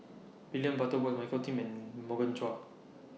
William Butterworth Michael Kim and Morgan Chua